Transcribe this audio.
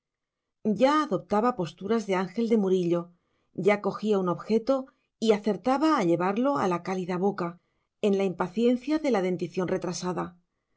ya adoptaba posturas de ángel de murillo ya cogía un objeto y acertaba a llevarlo a la cálida boca en la impaciencia de la dentición retrasada